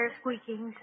squeaking